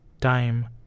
Time